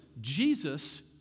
Jesus